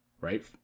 right